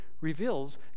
reveals